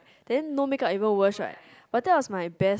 then no makeup even worst right but that was my best